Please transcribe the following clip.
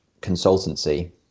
consultancy